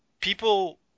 people